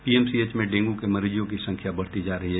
PMCH में dengue के मरीजों की संख्या बढ़ती जा रही है